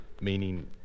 Meaning